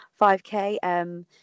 5K